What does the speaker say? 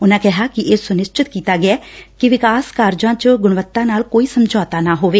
ਉਨਾ ੱਕਿਹਾ ਕਿ ਇਹ ਸੁਨਿਸਚਚਤ ਕੀਤਾ ਗਿਐ ਕਿ ਵਿਕਾਸ ਕੰਮਾ ਚ ਗੁਣਵੱਤਾ ਨਾਲ ਕੋਈ ਸਮਝੌਤਾ ਨਾ ਹੋਵੇ